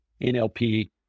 NLP